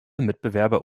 mitbewerber